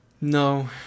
No